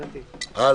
"(10)